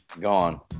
gone